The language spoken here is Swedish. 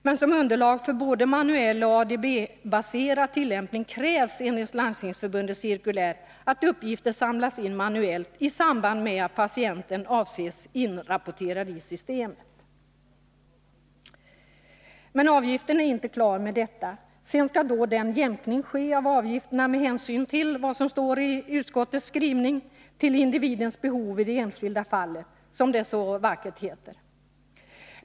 Men som underlag för både manuell och ADB-baserad tillämpning krävs enligt Landstingsförbundets cirkulär att uppgifter samlas in manuellt i samband med att patienten avses inrapporterad i systemet. Men avgiften är inte klar med detta. Sedan skall en jämkning ske av avgifterna med hänsyn till vad som står i utskottets skrivning om individens behov i det enskilda fallet, som det så vackert heter.